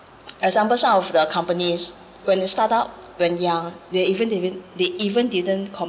example some of the companies when you start out when yeah they even they even they even didn't complete